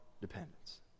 dependence